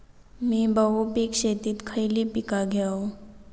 मी बहुपिक शेतीत खयली पीका घेव?